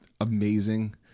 Amazing